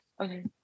Okay